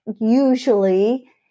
usually